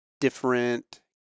different